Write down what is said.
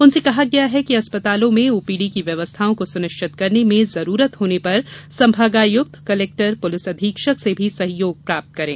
उनसे कहा गया है कि अस्पतालों में ओपीडी की व्यवस्थाओं को सुनिश्चित करने में जरूरत होने पर संभागायुक्त कलेक्टर पुलिस अधीक्षक से भी सहयोग प्राप्त करें